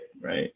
right